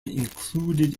included